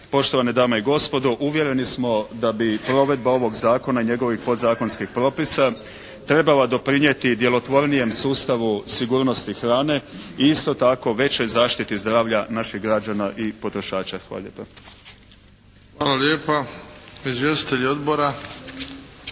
poštovane dame i gospodo uvjereni smo da bi provedba ovog zakona i njegovih podzakonskih propisa trebala doprinijeti djelotvornijem sustavu sigurnosti hrane i isto tako većoj zaštiti zdravlja naših građana i potrošača. Hvala lijepa. **Bebić, Luka (HDZ)** Hvala lijepa. Izvjestitelji odbora?